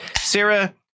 Sarah